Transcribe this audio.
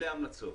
אלה ההמלצות.